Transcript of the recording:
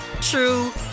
true